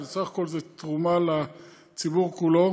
אבל בסך הכול זו תרומה לציבור כולו.